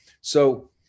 So-